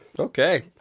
Okay